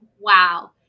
wow